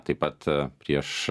taip pat prieš